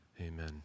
Amen